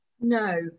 No